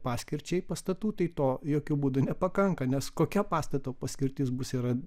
paskirčiai pastatų tai to jokiu būdu nepakanka nes kokia pastato paskirtis bus yra